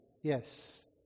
yes